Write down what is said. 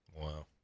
Wow